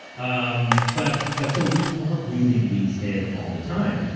um but but so we are breathing these in all the time.